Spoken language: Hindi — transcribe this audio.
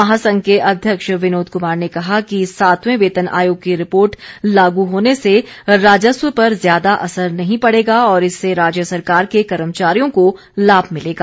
महासंघ के अध्यक्ष विनोद कुमार ने कहा कि सातवें वेतन आयोग की रिपोर्ट लागू होने से राजस्व पर ज्यादा असर नहीं पड़ेगा और इससे राज्य सरकार के कर्मचारियों को लाभ मिलेगा